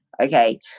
okay